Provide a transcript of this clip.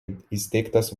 įsteigtas